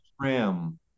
Trim